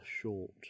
short